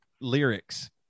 lyrics